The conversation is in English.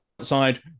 outside